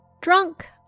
Drunk